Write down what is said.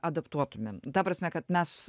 adaptuotumėm ta prasme kad mes